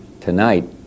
Tonight